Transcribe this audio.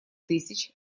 тысяч